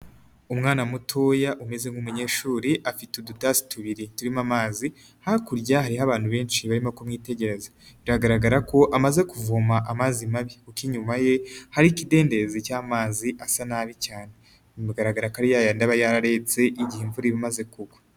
Umwana mutoya umeze nk'umunyeshuri afite udutasi tubiri turimo amazi, hakurya hariho abantu benshi barimo kumwitegereza biragaragara ko amaze kuvoma amazi mabi kuko inyuma ye hari ikidendezi cy'amazi asa nabi cyane, bigaragara ko ari yayandi aba yararetse igihe imvura iba imaze kugwa.